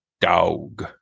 dog